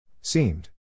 Seemed